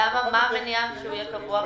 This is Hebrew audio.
מה המניעה שהוא יהיה קבוע?